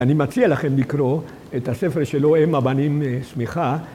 אני מציע לכם לקרוא את הספר שלו, אם הבנים שמיכה.